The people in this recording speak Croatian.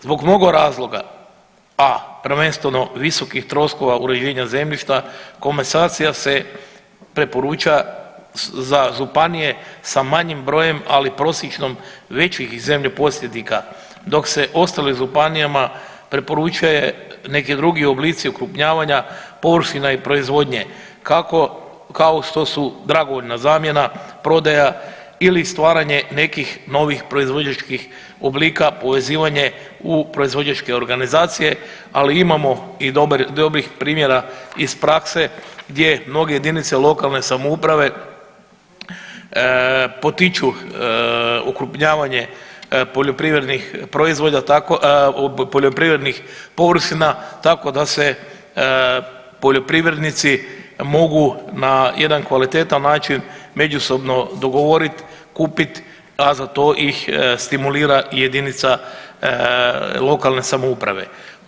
Zbog mnogo razloga, a prvenstveno visokih troškova uređenja zemljišta komasacija se preporuča za županije sa manjim brojem ali prosječnom većih zemljoposjednika dok se ostalim županijama preporučuje neki drugi oblici okrupnjavanja površina i proizvodnje kako, kao što su dragovoljna zamjena, prodaja ili stvaranje nekih novih proizvođačkih oblika, povezivanje u proizvođačke organizacije, ali imamo i dobrih primjera iz prakse gdje mnoge jedinice lokalne samouprave potiču okrupnjavanja poljoprivrednih proizvoda, tako, poljoprivrednih površina tako da se poljoprivrednici mogu na jedan kvalitetan način međusobno dogovorit, kupit, a za to ih stimulira jedinica lokalne samouprave.